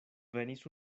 venis